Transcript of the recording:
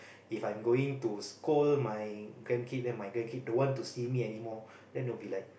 if I'm going to scold my grandkid then my grandkid don't want to see me anymore that will be like